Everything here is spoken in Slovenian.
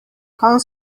konj